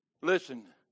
Listen